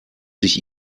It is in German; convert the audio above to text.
sich